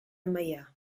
meià